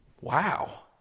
wow